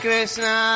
Krishna